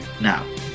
Now